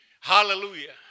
Hallelujah